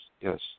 yes